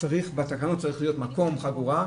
בתקנות צריך להיות מקום עם חגורה,